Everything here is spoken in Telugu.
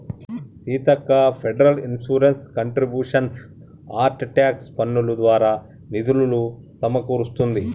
Seethakka federal insurance contributions act tax పన్నులు దారా నిధులులు సమకూరుస్తుంది